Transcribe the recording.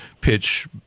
pitch